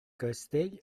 castell